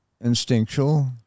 instinctual